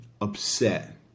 upset